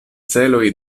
celoj